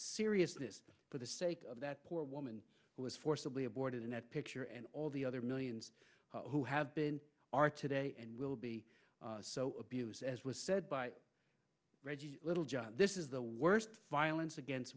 seriousness for the sake of that poor woman who was forcibly aborted in that picture and all the other millions who have been are today and will be so abused as was said by little john this is the worst violence against